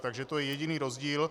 Takže to je jediný rozdíl.